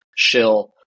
Shill